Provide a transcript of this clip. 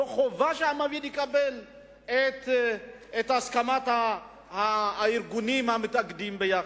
לא חובה שהמעביד יקבל את הסכמת הארגונים המתאגדים ביחד.